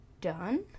done